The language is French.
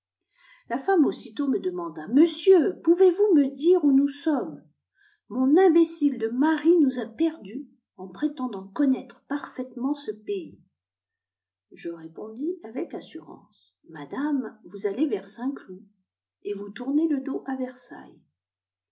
la femme aussitôt me demanda monsieur pouvez-vous me dire où nous sommes mon imbécile de mari nous a perdus en prétendant connaître parfaitement ce pays je répondis avec assurance madame vous allez vers saint cioud et vous tournez le dos à versailles